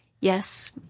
Yes